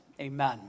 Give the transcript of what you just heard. amen